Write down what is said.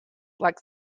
like